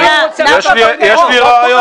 הנה, אני שואל, מבקש תשובות.